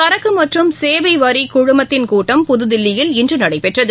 சரக்குமற்றும் சேவைவரிகுழுமத்தின் கூட்டம் புதுதில்லியல் இன்றுநடைபெற்றது